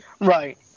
Right